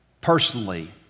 personally